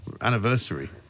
anniversary